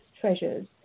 Treasures